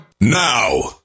now